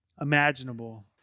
imaginable